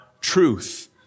truth